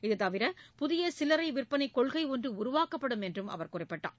இதுதவிர புதிய சில்லறை விற்பனை கொள்கை ஒன்று உருவாக்கப்படும் என்றும் அவர் குறிப்பிட்டார்